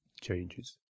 changes